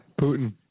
Putin